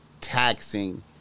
taxing